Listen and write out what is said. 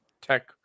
tech